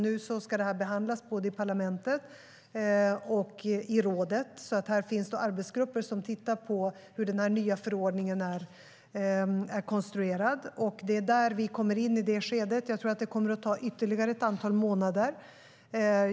Nu ska det behandlas i parlamentet och i rådet. Det finns arbetsgrupper som tittar på hur den nya förordningen är konstruerad. Det är i det skedet vi kommer in. Jag tror att det kommer att ta ytterligare ett antal månader.